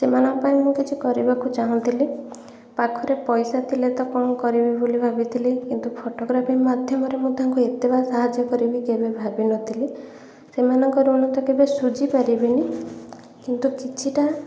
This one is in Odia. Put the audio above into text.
ସେମାନଙ୍କ ପାଇଁ ମୁଁ କିଛି କରିବାକୁ ଚାହୁଁଥିଲି ପାଖରେ ପଇସା ଥିଲେ ତ କ'ଣ କରିବି ବୋଲି ଭାବିଥିଲି କିନ୍ତୁ ଫୋଟୋଗ୍ରାଫି ମାଧ୍ୟମରେ ମୁଁ ତାଙ୍କୁ ଏତେ ବା ସାହାଯ୍ୟ କରିବି କେବେ ଭାବି ନଥିଲି ସେମାନଙ୍କ ଋଣ ତ କେବେ ସୁଝି ପାରିବିନି କିନ୍ତୁ କିଛିଟା